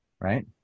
right